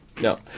no